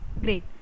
Great